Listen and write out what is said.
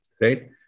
Right